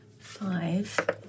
Five